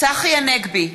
צחי הנגבי,